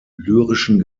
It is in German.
lyrischen